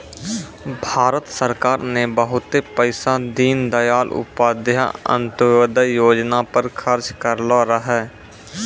भारत सरकार ने बहुते पैसा दीनदयाल उपाध्याय अंत्योदय योजना पर खर्च करलो रहै